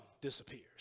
disappears